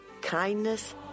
kindness